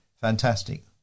Fantastic